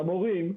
למורים,